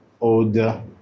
older